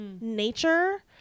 nature